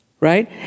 right